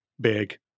Big